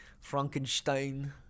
Frankenstein